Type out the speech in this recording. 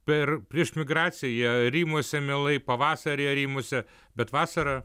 per prieš migraciją arimuose mielai pavasarį arimuose bet vasarą